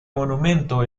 monumento